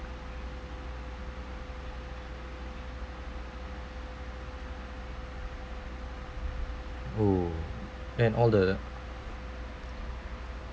oh then all the